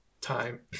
time